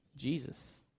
Jesus